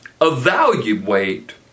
Evaluate